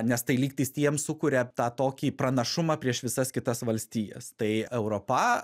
nes tai lygtais tiems sukuria tą tokį pranašumą prieš visas kitas valstijas tai europa